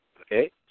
Okay